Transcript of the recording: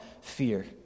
fear